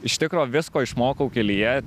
iš tikro visko išmokau kelyje